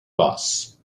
bus